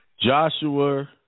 Joshua